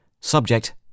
Subject